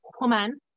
woman